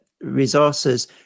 resources